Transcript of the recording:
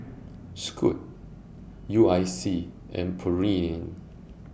Scoot U I C and Pureen